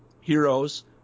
heroes